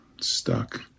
stuck